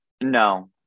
No